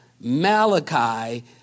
Malachi